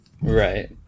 Right